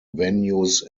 venues